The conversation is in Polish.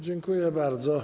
Dziękuję bardzo.